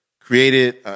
Created